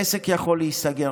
עסק יכול להיסגר,